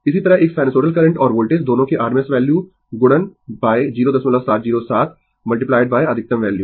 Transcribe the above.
इसी तरह एक साइनसोइडल करंट और वोल्टेज दोनों की RMS वैल्यू गुणन 0707 अधिकतम वैल्यू